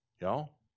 Y'all